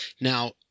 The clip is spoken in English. Now